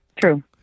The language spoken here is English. True